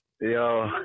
Yo